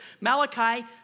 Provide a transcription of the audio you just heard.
Malachi